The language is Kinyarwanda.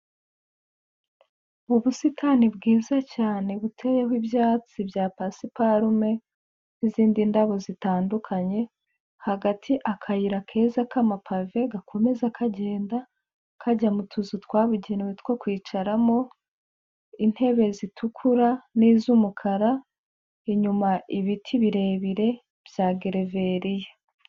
Ubu busitani bwiza cyane buteyeho ibyatsi bya pasiparume n'izindi ndabo zitandukanye, hagati akayira keza k'amampave gakomeza kagenda kajya mu tuzu twabugenewe two kwicaramo, intebe zitukura n'iz'umukara, inyuma ibiti birebire bya gereveriya.